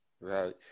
Right